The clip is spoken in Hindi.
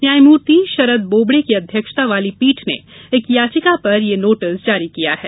न्यायमूर्ति शरद बोबड़े की अध्यक्षता वाली पीठ ने एक याचिका पर यह नोटिस जारी किया है